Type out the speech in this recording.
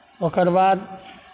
ओकर बाद